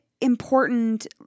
important –